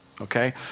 okay